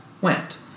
went